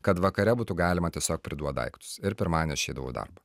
kad vakare būtų galima tiesiog priduot daiktus ir pirmadienį aš eidavau į darbą